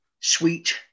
sweet